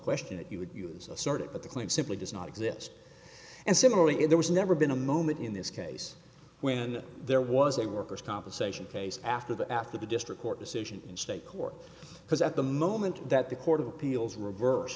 question that you would use assert it but the claim simply does not exist and similarly there was never been a moment in this case when there was a worker's compensation case after the after the district court decision in state court because at the moment that the court of appeals reverse